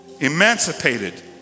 emancipated